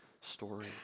story